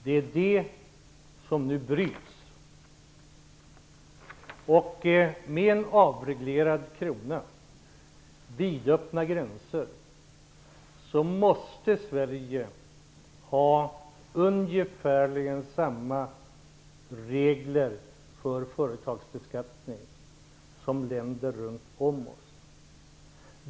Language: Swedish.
Det är den utvecklingen som nu bryts. Med en avreglerad krona och vidöppna gränser måste Sverige ha ungefärligen samma regler för företagens beskattning som länder runt om oss.